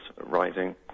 rising